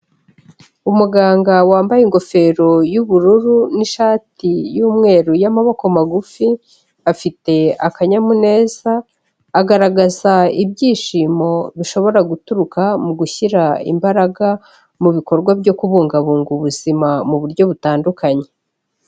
Umuganga wambaye ingofero y'ubururu n'ishati y'umweru y'amaboko magufi, afite akanyamuneza, agaragaza ibyishimo bishobora guturuka mu gushyira imbaraga mu bikorwa byo kubungabunga ubuzima mu buryo butandukanye.